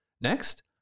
Next